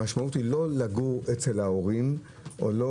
המשמעות היא לא לגור אצל ההורים או לא